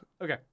Okay